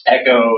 echo